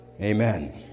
Amen